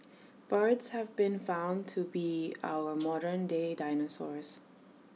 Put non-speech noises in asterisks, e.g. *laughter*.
birds have been found to be our *noise* modern day dinosaurs